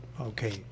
Okay